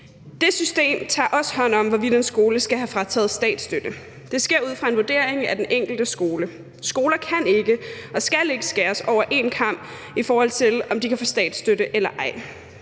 det system tager også hånd om, hvorvidt en skole skal have frataget statsstøtte. Det sker ud fra en vurdering af den enkelte skole. Skoler kan ikke og skal ikke skæres over én kam i forhold til, om de kan få statsstøtte eller ej.